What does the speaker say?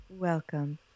Welcome